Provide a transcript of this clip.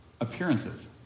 appearances